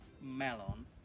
melon